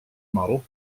model